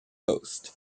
host